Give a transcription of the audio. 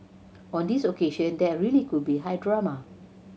on this occasion there really could be high drama